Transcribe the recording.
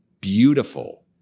beautiful